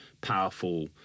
powerful